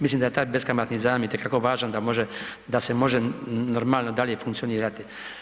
Mislim da je taj beskamatni zajam itekako važan da se može normalno dalje funkcionirati.